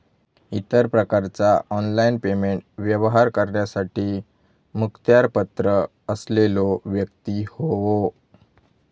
इतर प्रकारचा online payment व्यवहार करण्यासाठी मुखत्यारपत्र असलेलो व्यक्ती होवो